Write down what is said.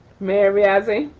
mayor riazi.